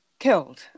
killed